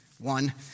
One